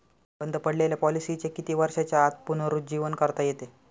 बंद पडलेल्या पॉलिसीचे किती वर्षांच्या आत पुनरुज्जीवन करता येते?